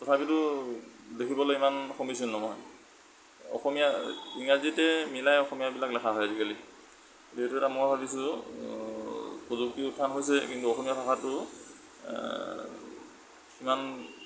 তথাপিতো দেখিবলৈ ইমান সমীচীন নহয় অসমীয়া ইংৰাজীতে মিলাই অসমীয়াবিলাক লিখা হয় আজিকালি যিহেতু এটা মই ভাবিছোঁ প্ৰযুক্তিৰ উত্থান হৈছে কিন্তু অসমীয়া ভাষাটোৰ ইমান